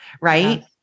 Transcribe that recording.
right